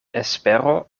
espero